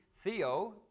Theo